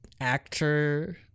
actor